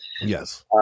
yes